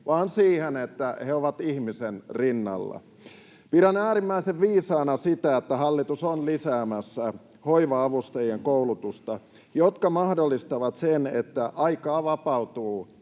vaan siihen, että he ovat ihmisen rinnalla. Pidän äärimmäisen viisaana sitä, että hallitus on lisäämässä hoiva-avustajien koulutusta, mikä mahdollistaa sen, että aikaa vapautuu